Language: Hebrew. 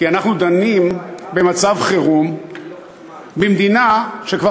כי אנחנו דנים במצב חירום במדינה שכבר